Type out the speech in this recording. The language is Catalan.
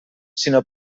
sinó